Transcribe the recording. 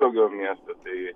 daugiau miestų tai